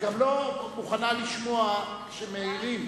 את גם לא מוכנה לשמוע כשמעירים.